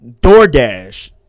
DoorDash